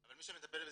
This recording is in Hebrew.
נכון,